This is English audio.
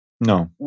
No